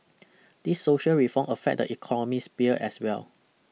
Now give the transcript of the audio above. these social reform affect the economy sphere as well